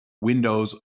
windows